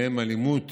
ובהם אלימות